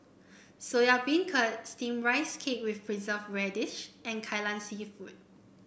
Soya Beancurd steamed Rice Cake with Preserved Radish and Kai Lan seafood